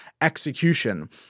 execution